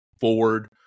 forward